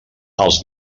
els